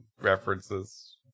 references